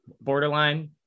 Borderline